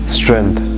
strength